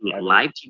Live